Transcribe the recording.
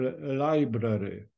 library